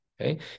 okay